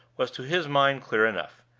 was to his mind clear enough.